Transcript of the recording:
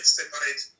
separate